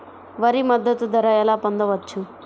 వరి మద్దతు ధర ఎలా పొందవచ్చు?